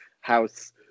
house